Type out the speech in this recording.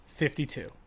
52